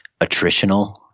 attritional